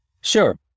Sure